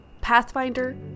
Pathfinder